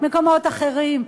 מקומות אחרים,